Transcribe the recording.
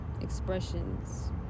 expressions